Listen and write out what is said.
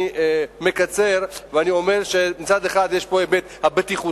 אני מקצר ואומר שמצד אחד יש פה ההיבט הבטיחותי